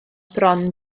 bron